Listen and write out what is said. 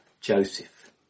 Joseph